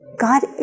God